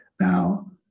Now